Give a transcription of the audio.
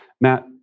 Matt